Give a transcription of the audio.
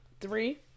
Three